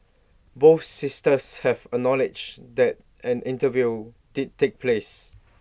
both sisters have acknowledged that an interview did take place